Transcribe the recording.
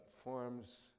forms